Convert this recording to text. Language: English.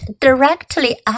directly